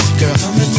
girl